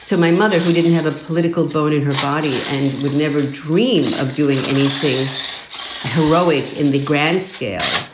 so my mother, who didn't have a political bone in her body and would never dream of doing anything heroic in the grand scale